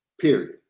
period